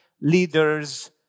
leaders